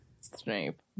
Snape